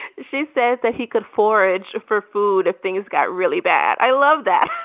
she said that he could forage for food if things got really bad. i love that